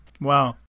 Wow